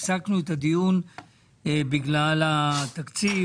הפסקנו את הדיון בגלל התקציב,